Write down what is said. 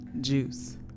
juice